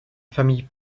famille